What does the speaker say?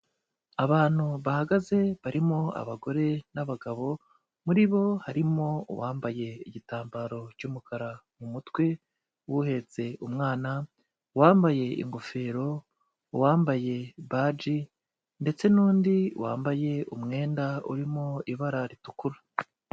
Abantu bahagaze barimo abagore n'abagabo, muri bo harimo uwambaye igitambaro cy'umukara mu mutwe, uhetse umwana, uwambaye ingofero, uwambaye baji ndetse n'undi wambaye umwenda urimo ibara ritukura.